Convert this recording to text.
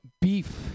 beef